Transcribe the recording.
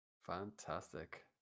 Fantastic